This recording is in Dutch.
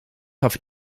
gaf